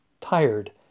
tired